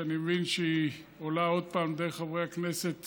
שאני מבין שהיא עולה עוד פעם דרך חברי הכנסת